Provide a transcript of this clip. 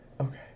Okay